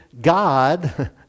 God